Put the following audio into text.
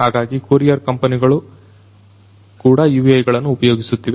ಹಾಗಾಗಿ ಕೊರಿಯರ್ ಕಂಪನಿಗಳು ಕೂಡ UAVಗಳನ್ನು ಉಪಯೋಗಿಸುತ್ತಿವೆ